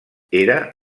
era